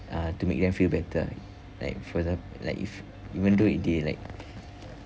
uh to make them feel better ah like for exa~ like if even though if they like